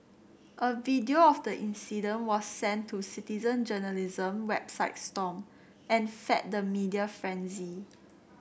a video of the incident was sent to citizen journalism website stomp and fed the media frenzy